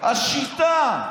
השיטה.